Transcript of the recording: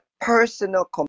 personal